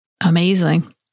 Amazing